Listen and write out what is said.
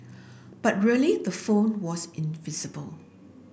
but really the phone was invisible